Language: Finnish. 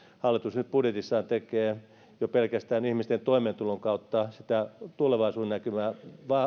hallitus nyt budjetissaan tekee jo pelkästään ihmisten toimeentulon kautta sitä tulevaisuudennäkymää